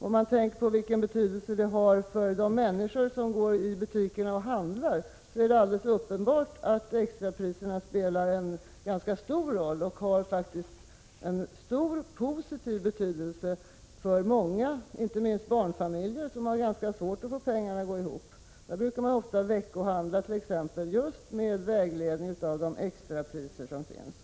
Om man tänker på vilken betydelse den har för de människor som går i butikerna och handlar, är det alldeles uppenbart att extrapriserna spelar en ganska stor roll och har stor positiv betydelse för många, inte minst för barnfamiljer som har ganska svårt att få ekonomin att gå ihop. De brukar veckohandla med ledning av de extrapriser som finns.